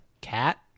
cat